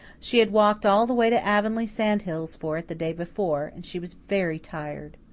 she had walked all the way to avonlea sand-hills for it the day before, and she was very tired.